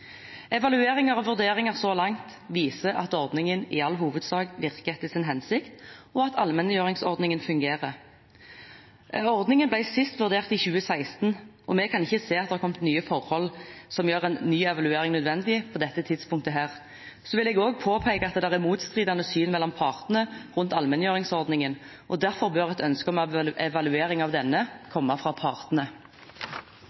Evalueringer og vurderinger så langt viser at allmenngjøringsordningen i all hovedsak virker etter hensikten, og at ordningen fungerer. Ordningen ble sist vurdert i 2016, og vi kan ikke se at det har kommet nye forhold som gjør en ny evaluering nødvendig på dette tidspunktet. Jeg vil også påpeke at det er motstridende syn mellom partene rundt allmenngjøringsordningen. Derfor bør et ønske om evaluering av denne